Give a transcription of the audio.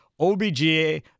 OBGA